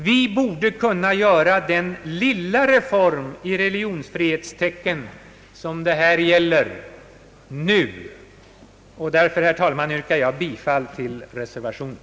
Vi borde kunna göra den lilla reform i religionsfrihetens tecken, som det här gäller, nu. Herr talman! Jag ber att få yrka bifall till reservationen.